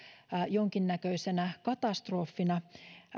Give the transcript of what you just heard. jonkin näköisenä katastrofina